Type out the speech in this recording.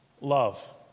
Love